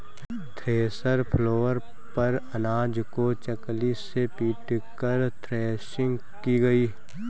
thresher floor पर अनाज को चकली से पीटकर थ्रेसिंग की गई